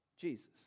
Jesus